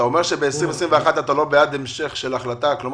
אתה אומר שב-2021 אתה לא בעד המשך החלטה של ממשלה?